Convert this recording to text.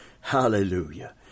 Hallelujah